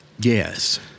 Yes